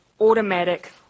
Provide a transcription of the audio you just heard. automatic